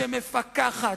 שמפקחת,